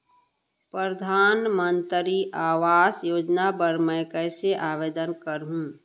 परधानमंतरी आवास योजना बर मैं कइसे आवेदन करहूँ?